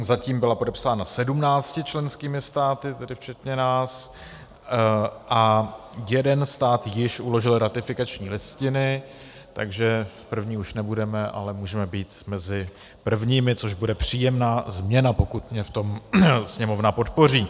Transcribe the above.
Zatím byla podepsána 17 členskými státy, tedy včetně nás, a jeden stát již uložil ratifikační listiny, takže první už nebudeme, ale můžeme být mezi prvními, což bude příjemná změna, pokud mě v tom Sněmovna podpoří.